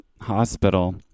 hospital